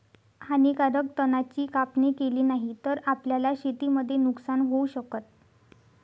हानीकारक तणा ची कापणी केली नाही तर, आपल्याला शेतीमध्ये नुकसान होऊ शकत